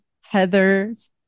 heather's